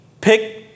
Pick